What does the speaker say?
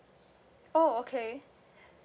oh okay